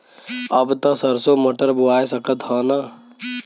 अब त सरसो मटर बोआय सकत ह न?